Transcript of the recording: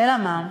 אלא מה?